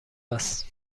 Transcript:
است